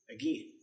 Again